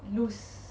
lose